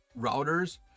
routers